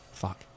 Fuck